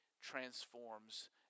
transforms